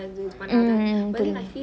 mm okay